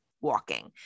walking